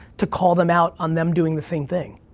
to call them out on them doing the same thing.